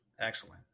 excellent